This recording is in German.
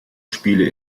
spiele